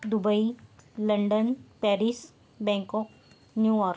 Dubai London Paris Bangkok New York